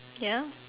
ya